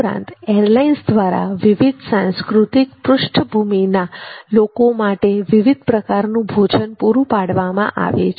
ઉપરાંત એરલાઈન્સ દ્વારા વિવિધ સાંસ્કૃતિક પૃષ્ઠભૂમિના લોકો માટે વિવિધ પ્રકારનું ભોજન પૂરું પાડવામાં આવે છે